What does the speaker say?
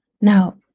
Now